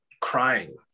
crying